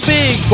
big